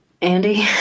Andy